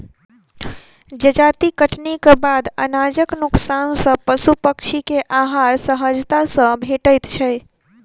जजाति कटनीक बाद अनाजक नोकसान सॅ पशु पक्षी के आहार सहजता सॅ भेटैत छै